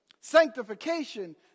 Sanctification